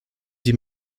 die